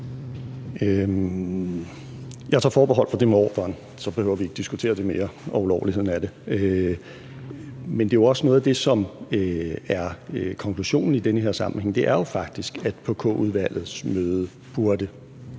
Jeg tager forbehold for det med ordren; så behøver vi ikke diskutere det mere, heller ikke ulovligheden af den. Men noget af det, som også er konklusionen i den her sammenhæng, er jo faktisk, at på K-udvalgets møde burde